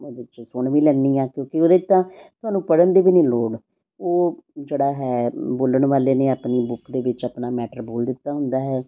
ਉਹਦੇ 'ਚੋਂ ਸੁਣ ਵੀ ਲੈਂਦੀ ਹਾਂ ਕਿਉਂਕਿ ਉਹਦੇ 'ਚ ਤਾਂ ਤੁਹਾਨੂੰ ਪੜ੍ਹਨ ਦੀ ਵੀ ਨਹੀਂ ਲੋੜ ਉਹ ਜਿਹੜਾ ਹੈ ਬੋਲਣ ਵਾਲੇ ਨੇ ਆਪਣੀ ਬੁੱਕ ਦੇ ਵਿੱਚ ਆਪਣਾ ਮੈਟਰ ਬੋਲ ਦਿੱਤਾ ਹੁੰਦਾ ਹੈ